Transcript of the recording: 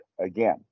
again